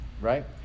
right